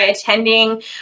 attending